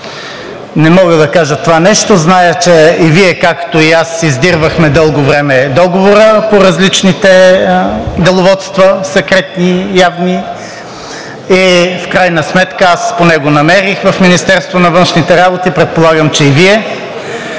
Не мога да кажа това нещо. Зная, че и Вие, както и аз, издирвахме дълго време Договора по различните деловодства – секретни и явни, и в крайна сметка аз поне го намерих в Министерството на външните работи, предполагам, че и Вие.